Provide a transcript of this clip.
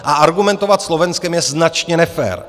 A argumentovat Slovenskem je značně nefér.